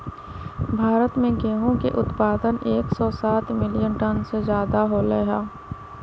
भारत में गेहूं के उत्पादन एकसौ सात मिलियन टन से ज्यादा होलय है